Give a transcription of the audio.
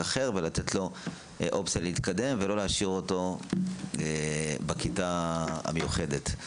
לתת לו אופציה להתקדם ולא להשאיר אותו בכיתה המיוחדת.